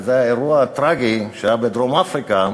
וזה האירוע הטרגי שהיה בדרום-אפריקה,